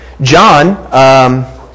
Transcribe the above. John